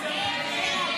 הסתייגות 83